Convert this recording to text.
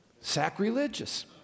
sacrilegious